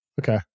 Okay